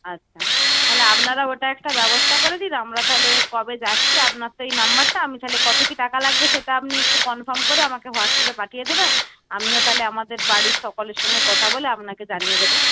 আচ্ছা তাহলে আপনারা ওটা একটা ব্যবস্থা করে দিন আমরা তাহলে কবে যাচ্ছি আপনার তো এই নম্বরটা আমি তাহলে কত কী টাকা লাগবে সেটা আপনি একটু কনফর্ম করে আমাকে হোয়াটসঅ্যাপে পাঠিয়ে দেবেন আমিও তাহলে আমাদের বাড়ির সকলের সঙ্গে কথা বলে আপনাকে জানিয়ে দেব